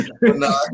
No